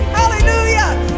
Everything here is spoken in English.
hallelujah